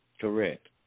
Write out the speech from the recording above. Correct